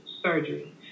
surgery